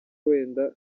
wenda